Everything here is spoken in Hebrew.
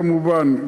כמובן,